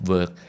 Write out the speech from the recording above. Work